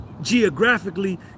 geographically